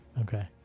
Okay